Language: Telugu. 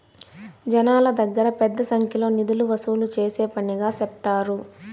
జనాల దగ్గర పెద్ద సంఖ్యలో నిధులు వసూలు చేసే పనిగా సెప్తారు